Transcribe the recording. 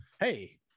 hey